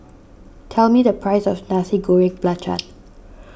tell me the price of Nasi Goreng Belacan